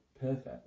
perfect